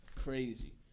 crazy